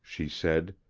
she said,